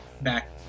back